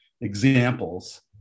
examples